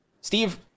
Steve